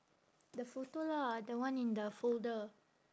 the photo lah the one in the folder